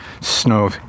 snow